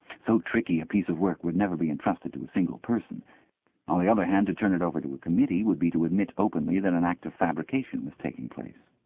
so tricky a piece of work would never be entrusted to a single person on the other hand, to turn it over to a committee would be to admit openly that an act of fabrication was taking place.